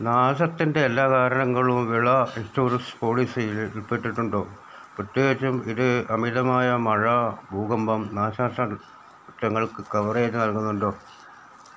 നാശത്തിൻ്റെ എല്ലാ കാരണങ്ങളും വിള ഇൻഷുറൻസ് പോളിസിയിൽ ഉൾപ്പെട്ടിട്ടുണ്ടോ പ്രത്യേകിച്ചും ഇത് അമിതമായ മഴ ഭൂകമ്പം നാശനഷ്ട ങ്ങൾക്ക് കവറേജ് നൽകുന്നുണ്ടോ